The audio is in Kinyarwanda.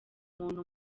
muntu